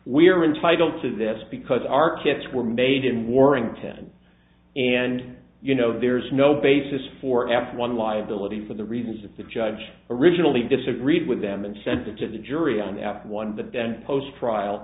are entitled to this because our kits were made in warrington and you know there's no basis for f one liability for the reasons that the judge originally disagreed with them insensitive the jury on that one but then post trial